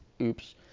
Oops